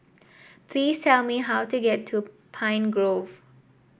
please tell me how to get to Pine Grove